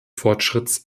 fortschritts